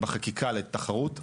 בחקיקה לתחרות,